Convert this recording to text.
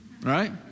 Right